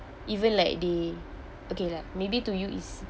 even like the okay like maybe to you is